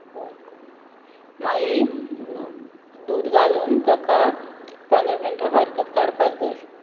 ball कोरूं माई दूद घालून ताका पन्र मिण्टां हरकत काडपाक जाय